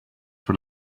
what